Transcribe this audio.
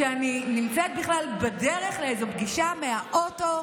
כשאני נמצאת בכלל בדרך לאיזו פגישה מהאוטו,